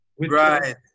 Right